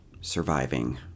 surviving